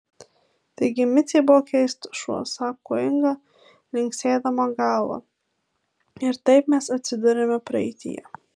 taigi micė buvo keistas šuo sako inga linksėdama galva ir taip mes atsiduriame praeityje